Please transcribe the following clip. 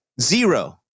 Zero